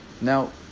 now